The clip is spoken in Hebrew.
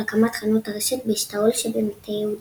הקמת חנות הרשת באשתאול שבמטה יהודה.